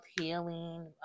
healing